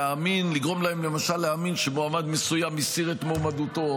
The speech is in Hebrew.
לגרום להם למשל להאמין שמועמד מסוים הסיר את מועמדותו,